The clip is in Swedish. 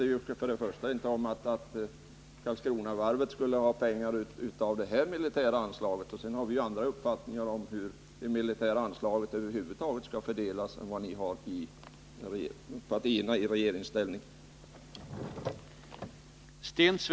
Vi kände för det första inte till att varvet skulle ha pengar ur det militära anslaget, och för det andra har vi inte samma uppfattning om hur det militära anslaget över huvud taget skall fördelas som partierna i regeringsställning har.